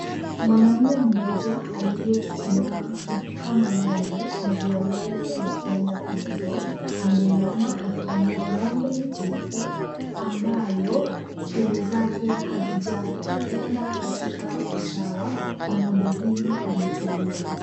Mwanamume mmoja akiyechuchumaa na kukama ng'ombe maziwa yale yakienda kwenye ndoo. Ameinama akikamua ng'ombe jeupe ambayo pembe zake hazijaenda katika usawa na ng'ombe hii imetulia.